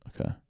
Okay